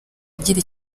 agira